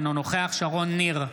אינו נוכח שרון ניר,